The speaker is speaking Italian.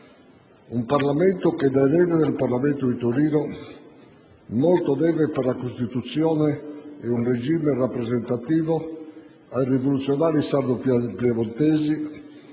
Un Parlamento che, da erede del Parlamento di Torino, molto deve, per la Costituzione e un regime rappresentativo, ai rivoluzionari sardo-piemontesi,